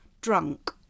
drunk